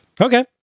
Okay